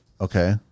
Okay